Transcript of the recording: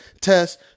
test